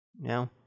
No